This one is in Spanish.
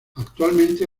actualmente